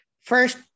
First